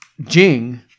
Jing